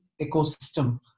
ecosystem